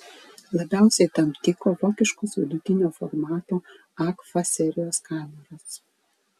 labiausiai tam tiko vokiškos vidutinio formato agfa serijos kameros